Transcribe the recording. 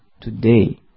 today